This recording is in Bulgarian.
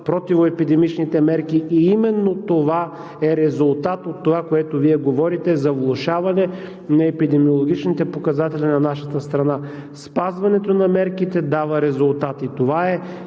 противоепидемичните мерки. И именно това е резултат от това, което Вие говорите, за влошаване на епидемиологичните показатели на нашата страна. Спазването на мерките дава резултат и това е